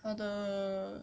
他的